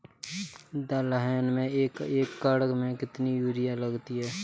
दलहन में एक एकण में कितनी यूरिया लगती है?